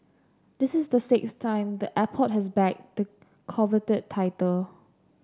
this is the sixth time the airport has bagged the coveted title